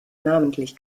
namentlich